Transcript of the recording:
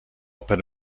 per